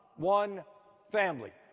one family.